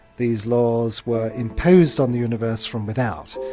these laws were imposed on the universe from without.